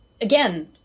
again